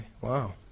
Wow